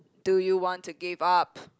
do you want to give up